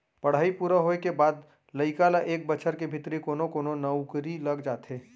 पड़हई पूरा होए के बाद लइका ल एक बछर के भीतरी कोनो कोनो नउकरी लग जाथे